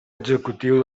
executiu